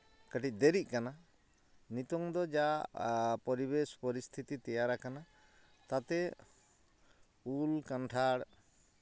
ᱠᱟᱹᱴᱤᱡ ᱫᱮᱨᱤᱜ ᱠᱟᱱᱟ ᱱᱤᱛᱳᱝ ᱫᱚ ᱡᱟ ᱯᱚᱨᱤᱵᱮᱥ ᱯᱚᱨᱤᱥᱛᱷᱤᱛᱤ ᱛᱮᱭᱟᱨᱟᱠᱟᱱᱟ ᱛᱟᱛᱮ ᱩᱞ ᱠᱟᱱᱴᱷᱟᱲ